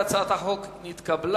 הצעת החוק נתקבלה,